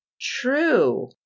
True